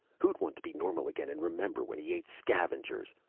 who'd want to be normal again and remember when he ate scavengers?